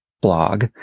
blog